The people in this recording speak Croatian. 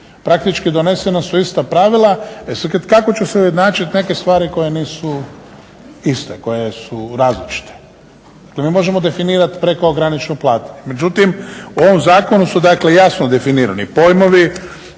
praktički donesena su ista pravila. E sada kako će se ujednačiti neke stvari koje nisu iste, koje su različite. Dakle, mi možemo definirati prekograničnu …/Govornik se ne razumije./… međutim u ovom zakonu su dakle jasno definirani pojmovi